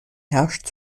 herrscht